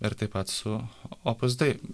ir taip pat su opus dei